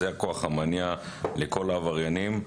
זה הכוח המניע לכל העבריינים.